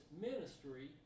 ministry